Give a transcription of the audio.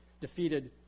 defeated